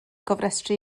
gofrestru